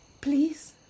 please